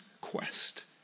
quest